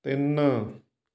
ਤਿੰਨ